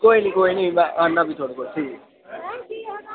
कोई निं कोई निं में औन्ना फ्ही थुआढ़े कोल ठीक